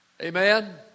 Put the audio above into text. Amen